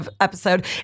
episode